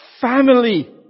Family